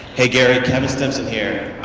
hey gary, kevin stephson here.